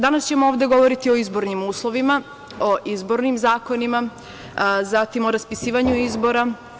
Danas ćemo ovde govoriti o izbornim uslovima, o izbornim zakonima, o raspisivanju izbora.